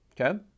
okay